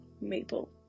Maple